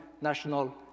national